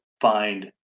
find